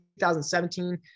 2017